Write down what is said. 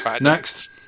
next